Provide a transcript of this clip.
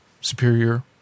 Superior